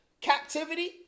captivity